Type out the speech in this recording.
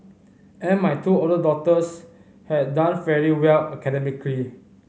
and my two older daughters had done fairly well academically